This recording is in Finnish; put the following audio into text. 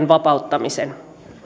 vapauttamisen